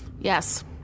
Yes